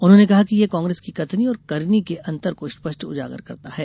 उन्होंने कहा कि यह कांग्रेस की कथनी और करनी के अंतर को स्पष्ट उजागर करता है